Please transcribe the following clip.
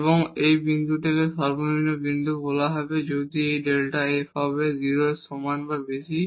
এবং এই বিন্দুটিকে মিনিমাম বিন্দু বলা হবে যদি এই Δ f হবে 0 এর সমান বা বেশি